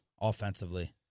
offensively